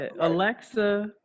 Alexa